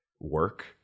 work